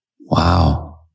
Wow